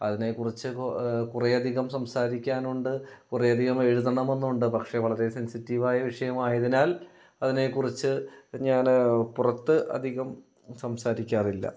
അതിനെക്കുറിച്ച് കുറേയധികം സംസാരിക്കാനുണ്ട് കുറേയധികം എഴുതണമെന്നുണ്ട് പക്ഷേ വളരെ സെൻസിറ്റീവായ വിഷയമായതിനാൽ അതിനെക്കുറിച്ച് ഞാൻപുറത്ത് അധികം സംസാരിക്കാറില്ല